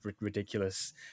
ridiculous